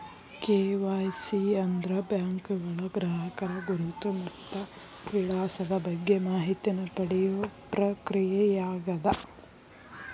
KYC ಅಂದ್ರ ಬ್ಯಾಂಕ್ಗಳ ಗ್ರಾಹಕರ ಗುರುತು ಮತ್ತ ವಿಳಾಸದ ಬಗ್ಗೆ ಮಾಹಿತಿನ ಪಡಿಯೋ ಪ್ರಕ್ರಿಯೆಯಾಗ್ಯದ